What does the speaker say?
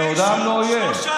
מעולם לא יהיה.